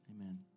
amen